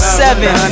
seven